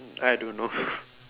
I don't know